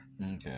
okay